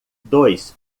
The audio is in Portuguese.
dois